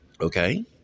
Okay